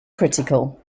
critical